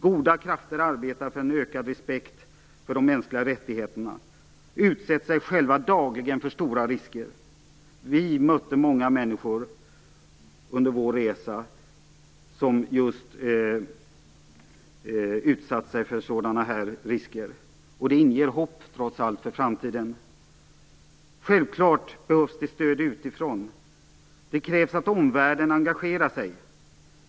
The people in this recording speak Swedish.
Goda krafter arbetar för en ökad respekt för de mänskliga rättigheterna, och människor utsätter sig själva dagligen för stora risker. Vi mötte många människor under vår resa som just utsatte sig för sådana risker, och det inger trots allt hopp för framtiden. Självklart behövs det stöd utifrån. Det krävs att omvärlden engagerar sig.